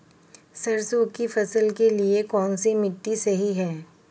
सरसों की फसल के लिए कौनसी मिट्टी सही हैं?